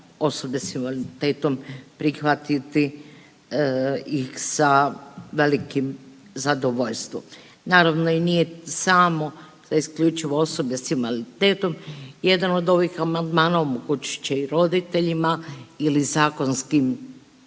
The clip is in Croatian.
osobe s invaliditetom prihvatiti ih sa velikim zadovoljstvom. Naravno i nije samo za isključivo osobe s invaliditetom, jedan od ovih amandmana omogućit će i roditeljima ili zakonskim